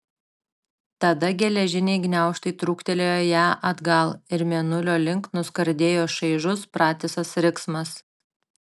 tada geležiniai gniaužtai trūktelėjo ją atgal ir mėnulio link nuskardėjo šaižus pratisas riksmas